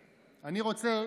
רדיפה,